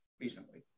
recently